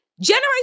generation